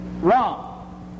wrong